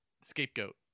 Scapegoat